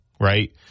right